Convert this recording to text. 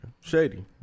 Shady